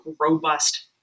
robust